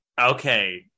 Okay